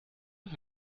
und